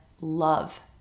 love